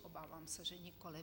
Obávám se, že nikoliv.